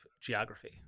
geography